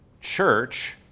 church